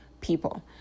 people